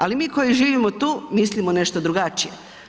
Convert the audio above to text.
Ali mi koji živimo tu mislimo nešto drugačije.